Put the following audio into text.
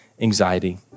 anxiety